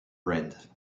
brand